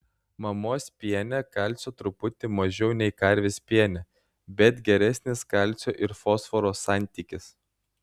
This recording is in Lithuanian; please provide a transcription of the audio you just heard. mamos piene kalcio truputį mažiau nei karvės piene bet geresnis kalcio ir fosforo santykis